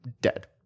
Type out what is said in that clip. dead